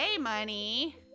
money